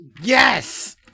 Yes